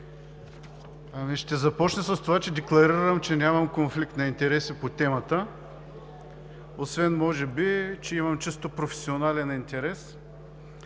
Ще започна с това, че декларирам, че по темата нямам конфликт на интереси, освен, може би, че имам чисто професионален интерес.